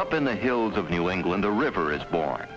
up in the hills of new england a river is born